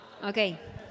Okay